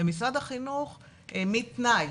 ומשרד החינוך העמיד תנאי,